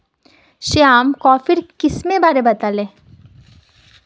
श्याम कॉफीर किस्मेर बारे बताले